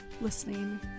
listening